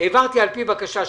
העברתי על פי בקשה שלכם.